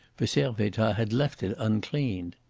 for servettaz had left it uncleaned.